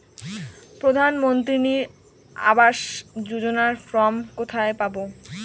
প্রধান মন্ত্রী আবাস যোজনার ফর্ম কোথায় পাব?